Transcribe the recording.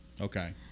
Okay